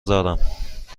دارم